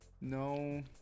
No